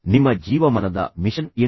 ನಿಮ್ಮ ಜೀವಮಾನದ ಮಿಷನ್ ಏನು